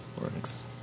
works